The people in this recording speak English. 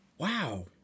wow